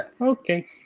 okay